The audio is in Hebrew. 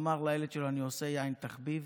ואמר לילד שלו: אני עושה יין כתחביב.